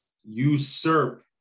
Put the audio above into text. usurp